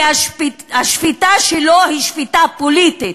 כי השפיטה שלו היא שפיטה פוליטית,